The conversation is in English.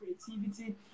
creativity